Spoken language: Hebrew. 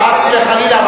חס וחלילה,